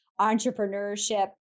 entrepreneurship